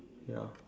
ya